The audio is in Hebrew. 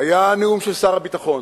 היה נאום של שר הביטחון.